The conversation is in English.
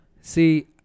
See